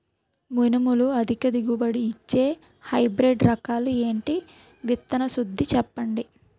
మినుములు అధిక దిగుబడి ఇచ్చే హైబ్రిడ్ రకాలు ఏంటి? విత్తన శుద్ధి చెప్పండి?